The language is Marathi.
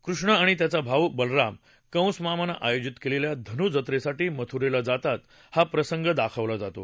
कृष्ण आणि त्याचा भाऊ बलराम कंस मामानं आयोजित केलेल्या धनु जत्रेसाठी मथुरेला जातात हा प्रसंग दाखवला जातो